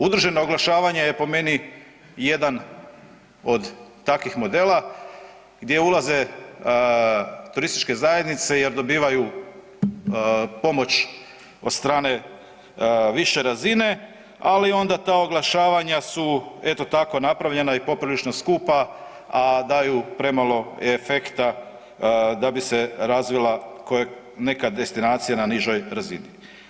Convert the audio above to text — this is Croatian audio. Udruženo oglašavanje je po meni jedan od takvih modela gdje ulaze turističke zajednice jer dobivaju pomoć od strane više razine, ali su onda ta oglašavanja eto tako napravljena i poprilično skupa, a daju premalo efekta da bi se razvila neka destinacija na nižoj razini.